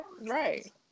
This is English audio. right